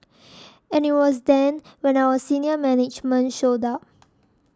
and it was then when our senior management showed up